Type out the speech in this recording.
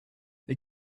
they